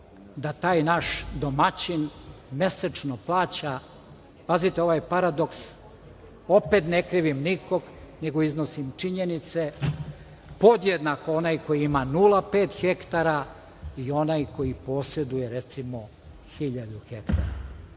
da taj naš domaćin mesečno plaća, pazite ovaj paradoks, opet ne krivim nikoga, nego iznosim činjenice, podjednako onaj koji ima 0,5 hektara i onaj koji poseduje recimo 1.000 hektara.